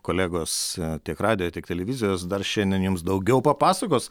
kolegos tiek radijo tiek televizijos dar šiandien jums daugiau papasakos